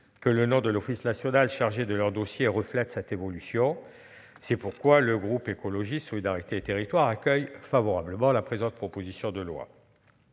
que le nom de l'Office national chargé de leurs dossiers reflète cette évolution. C'est pourquoi le groupe Écologiste - Solidarité et Territoires accueille favorablement la présente proposition de loi.